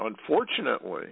Unfortunately